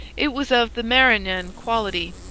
it was of the maragnan quality,